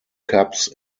cups